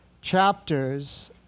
chapters